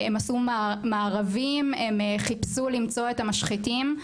הן עשו מארבים, הן חיפשו למצוא את המשחיתים.